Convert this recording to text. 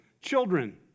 children